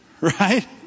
Right